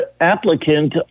applicant